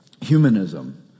humanism